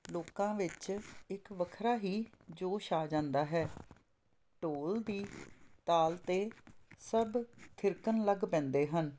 ਲੋਕਾਂ ਵਿੱਚ ਇੱਕ ਵੱਖਰਾ ਹੀ ਜੋਸ਼ ਆ ਜਾਂਦਾ ਹੈ ਢੋਲ ਦੀ ਤਾਲ 'ਤੇ ਸਭ ਥਿਰਕਣ ਲੱਗ ਪੈਂਦੇ ਹਨ